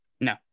no